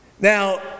Now